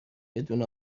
بدون